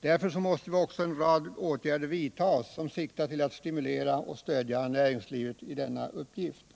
Därför måste en rad åtgärder vidtas som siktar till att stimulera och stödja näringslivet i denna uppgift.